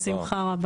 בשמחה.